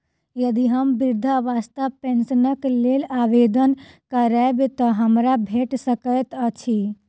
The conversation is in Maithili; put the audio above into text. यदि हम वृद्धावस्था पेंशनक लेल आवेदन करबै तऽ हमरा भेट सकैत अछि?